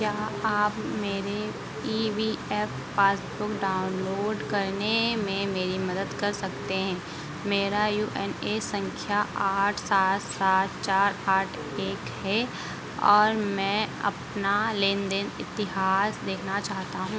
क्या आप मेरे E P F passbook download करने में मेरी मदद कर सकते हैं मेरा यू ए एन सँख्या आठ सात सात चार आठ एक है और मैं अपना लेनदेन इतिहास देखना चाहता हूँ